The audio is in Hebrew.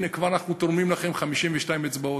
הנה, כבר אנחנו תורמים לכם 52 אצבעות.